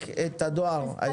שמחזקים את הדואר הישראלי.